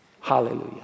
hallelujah